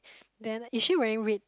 then is she wearing red